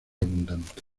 abundante